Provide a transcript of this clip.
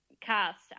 cast